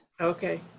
okay